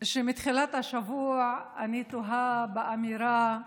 שמתחילת השבוע אני תוהה על האמירה: